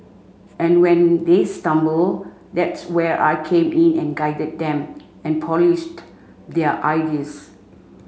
and when they stumble that's where I came in and guided them and polished their ideas